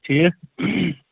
ٹھیٖک